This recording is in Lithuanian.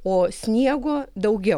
o sniego daugiau